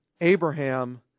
Abraham